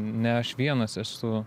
ne aš vienas esu